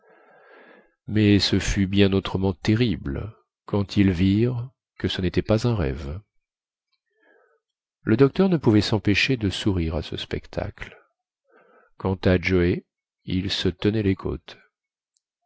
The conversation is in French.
mais ce fut bien autrement terrible quand ils virent que ce nétait pas un rêve le docteur ne pouvait sempêcher de sourire à ce spectacle quant à joe il se tenait les côtes